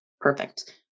Perfect